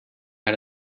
had